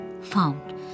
Found